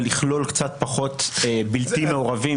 ולכלול קצת פחות בלתי מעורבים,